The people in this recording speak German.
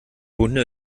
hunde